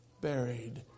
buried